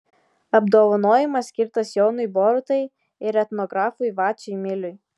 apdovanojimas skirtas jonui borutai ir etnografui vaciui miliui